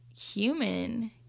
human